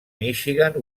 michigan